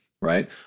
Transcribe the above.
right